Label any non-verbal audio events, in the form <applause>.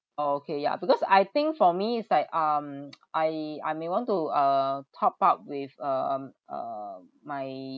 oh okay yeah because I think for me it's like um <noise> I I may want to uh top up with um uh my